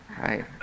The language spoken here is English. right